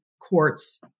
quartz